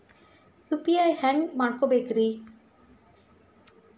UPI ಹ್ಯಾಂಗ ಮಾಡ್ಕೊಬೇಕ್ರಿ?